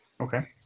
Okay